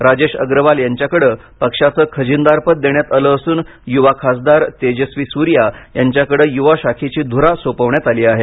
राजेश अग्रवाल यांच्याकडे पक्षाचं खजीनदार पद देण्यात आलं असून युवा खासदार तेजस्वी सूर्या यांच्याकडे युवा शाखेची धुरा सोपवण्यात आली आहे